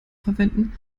verwenden